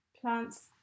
plants